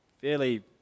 fairly